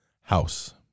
house